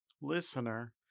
listener